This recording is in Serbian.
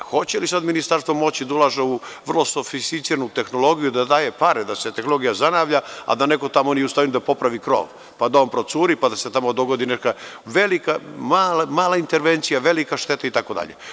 Hoće li sada ministarstvo moći da ulaže u sofisticiranu tehnologiju, da daje pare da se tehnologija zanavlja, a da neko tamo nije u stanju da popravi krov, pa da on procuri, pa da se tamo dogodi neka velika, mala, intervencija, velika šteta itd?